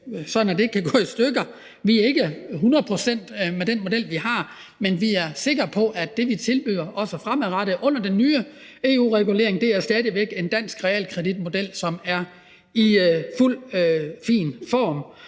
sådan, at det ikke kan gå i stykker. Vi er ikke hundrede procent sikre med den model, vi har, men vi er sikre på, at det, vi tilbyder, også fremadrettet, under den nye EU-regulering, stadig væk er en dansk realkreditmodel, som bestemt er i fin form.